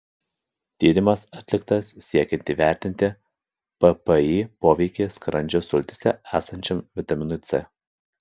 tyrimas atliktas siekiant įvertinti ppi poveikį skrandžio sultyse esančiam vitaminui c